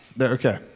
Okay